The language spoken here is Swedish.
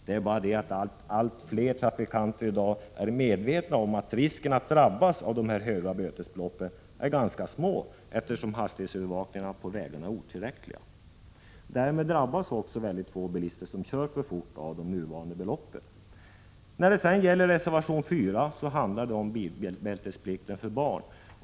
Det är bara det att allt fler trafikanter i dag är medvetna om att riskerna att drabbas av de höga bötesbeloppen är ganska små, eftersom hastighetsövervakningen på vägarna är otillräcklig. De nuvarande bötesbeloppen drabbar därför mycket få av de bilister som kör för fort. Reservation 4 handlar om bilbältesplikten för barn.